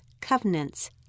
covenants